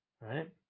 Right